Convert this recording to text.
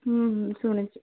ଶୁଣିଛି